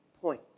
point